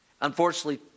Unfortunately